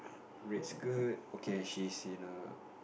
red skirt okay he's in a